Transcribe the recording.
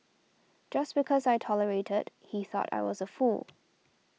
just because I tolerated he thought I was a fool